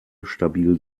stabil